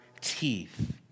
teeth